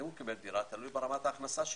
תלוי ברמת הכנסתו.